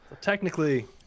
Technically